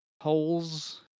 holes